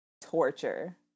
torture